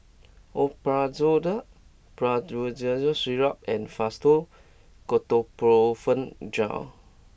Omeprazole Promethazine Syrup and Fastum Ketoprofen Gel